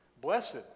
Blessed